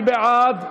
מי בעד?